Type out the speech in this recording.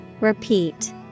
Repeat